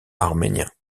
arméniens